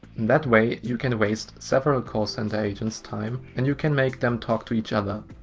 that way you can waste several call center agent's time and you can make them talk to each other.